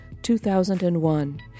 2001